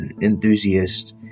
enthusiast